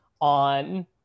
on